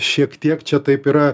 šiek tiek čia taip yra